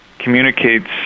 communicates